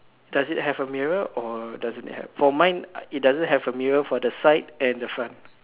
does it have a mirror or does it have for mine it doesn't have a mirror for the side and the front